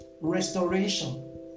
restoration